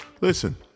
listen